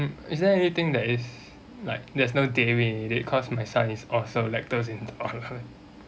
mm is there anything that is like there's no dairy in it cause my son is also lactose intolerance